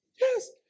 Yes